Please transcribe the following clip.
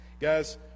guys